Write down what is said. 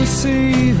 see